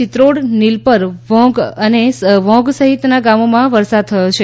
ચિત્રોડ નિલપર વોંઘ સહિતના ગામોમાં વરસાદ થયો છે